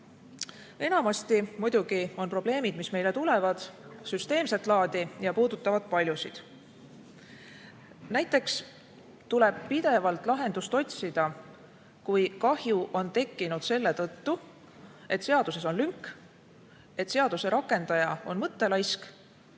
muidugi on probleemid, mis meile tulevad, süsteemset laadi ja puudutavad paljusid. Näiteks tuleb pidevalt lahendust otsida, kui kahju on tekkinud selle tõttu, et seaduses on lünk, et seaduse rakendaja on mõttelaisk